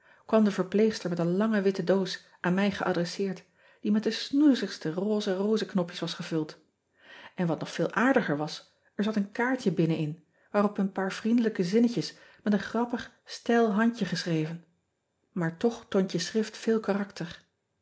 kwam de verpleegster met een lange witte doos aan mij geadresseerd die met de snoezigste rose rozenknopjes was gevuld n wat nog veel aardiger was er zat een kaartje binnen-in waarop een paar vriendelijke zinnetjes met een grappig ean ebster adertje angbeen stijl handje geschreven maar toch toont je schrift veel